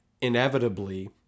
inevitably